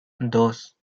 dos